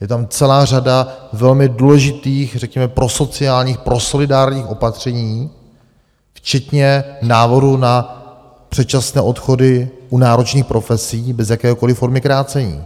Je tam celá řada velmi důležitých, řekněme prosociálních, prosolidárních opatření včetně návrhu na předčasné odchody u náročných profesí bez jakékoliv formy krácení.